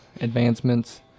advancements